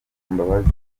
mbabazi